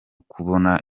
kubona